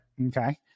okay